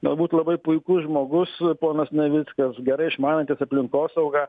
galbūt labai puikus žmogus ponas navickas gerai išmanantis aplinkosaugą